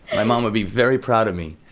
my mom would be very proud of me.